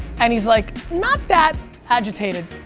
and he's like not that agitated,